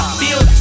feel